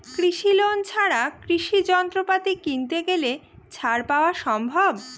কৃষি লোন ছাড়া কৃষি যন্ত্রপাতি কিনতে গেলে ছাড় পাওয়া সম্ভব?